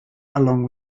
along